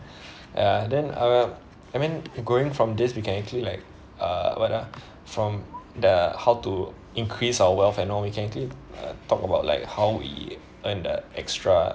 uh then uh I mean going from this we can actually like uh what ah from the how to increase our wealth and all we can actually talk about like how we earn the extra